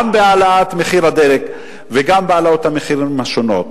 גם בהעלאת מחיר הדלק וגם בהעלאות המחירים השונות.